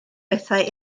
bethau